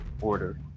order